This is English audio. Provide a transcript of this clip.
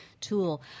tool